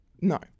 No